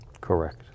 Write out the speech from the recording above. correct